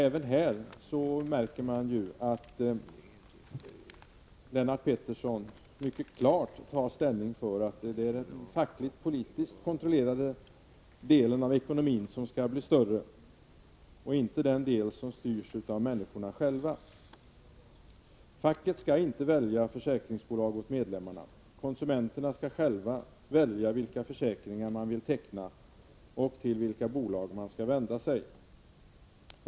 Även här märks det att Lennart Pettersson mycket klart tar ställning för att det är den fackligt-politiskt kontrollerade delen av ekonomin som skall bli större, och inte den del som styrs av människorna själva. Facket skall inte välja försäkringsbolag åt medlemmarna. Konsumenterna skall själva välja vilka försäkringar de vill teckna och till vilka bolag de skall vända sig.